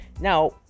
now